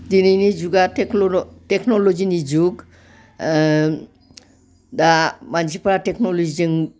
दिनैनि जुगा टेकन'ल'जिनि जुग दा मानसिफ्रा टेकनलजिजों